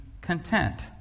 content